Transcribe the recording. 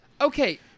Okay